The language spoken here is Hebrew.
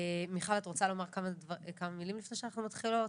מיכל את רוצה לומר כמה מילים לפני שאנחנו מתחילים?